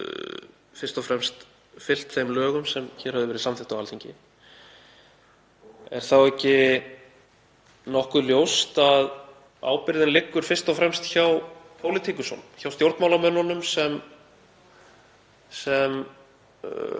fyrst og fremst fylgt þeim lögum sem hér höfðu verið samþykkt á Alþingi: Er þá ekki nokkuð ljóst að ábyrgðin liggur fyrst og fremst hjá pólitíkusunum, hjá stjórnmálamönnunum sem